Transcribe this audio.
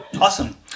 awesome